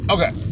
Okay